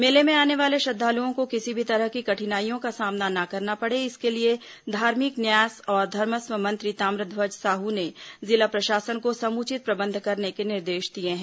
मेले में आने वाले श्रद्दालुओं को किसी भी तरह की कठिनाइयों का सामना न करना पड़े इसके लिए धार्मिक न्यास और धर्मस्व मंत्री ताम्रध्वज साहू ने जिला प्रशासन को समुचित प्रबंध करने के निर्देश दिए हैं